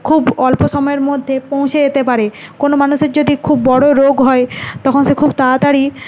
খুব অল্প সময়ের মধ্যে পৌঁছে যেতে পারে কোনো মানুষের যদি খুব বড় রোগ হয় তখন সে খুব তাড়াতাড়ি